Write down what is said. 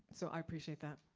so i appreciate that.